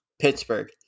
Pittsburgh